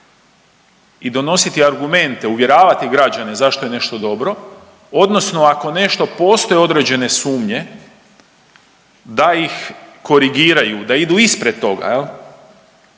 i donositi argumente, uvjeravati građane zašto je nešto dobro odnosno ako u nešto postoje određene sumnje da ih korigiraju, da idu ispred toga jel,